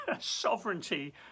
sovereignty